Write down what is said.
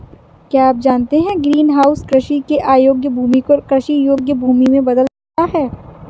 क्या आप जानते है ग्रीनहाउस कृषि के अयोग्य भूमि को कृषि योग्य भूमि में बदल देता है?